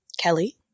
Kelly